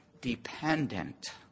dependent